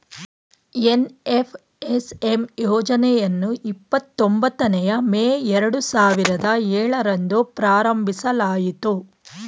NFSM ಯೋಜನೆಯನ್ನು ಇಪ್ಪತೊಂಬತ್ತನೇಯ May ಎರಡು ಸಾವಿರದ ಏಳರಂದು ಪ್ರಾರಂಭಿಸಲಾಯಿತು